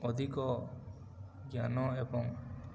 ଅଧିକ ଜ୍ଞାନ ଏବଂ